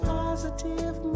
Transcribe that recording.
positive